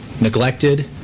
neglected